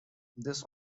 this